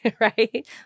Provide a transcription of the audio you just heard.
right